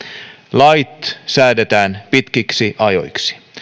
lait säädetään pitkiksi ajoiksi